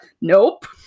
Nope